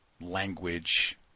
language